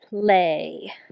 play